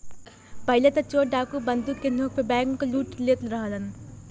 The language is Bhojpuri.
पहिले त चोर डाकू बंदूक के नोक पे बैंकलूट लेत रहलन